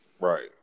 Right